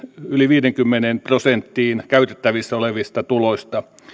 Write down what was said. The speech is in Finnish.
yli viiteenkymmeneen prosenttiin käytettävistä olevista tuloista